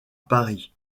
paris